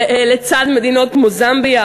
ולצד מדינות כמו זמביה,